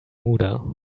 bermuda